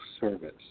service